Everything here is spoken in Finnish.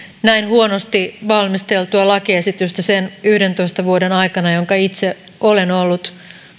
näin huonosti valmisteltua lakiesitystä sen yhdentoista vuoden aikana jonka itse olen ollut